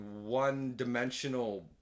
one-dimensional